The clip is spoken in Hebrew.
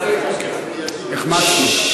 החמצנו.